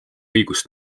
õigust